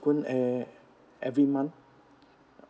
ev~ every month